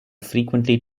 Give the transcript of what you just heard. frequently